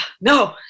No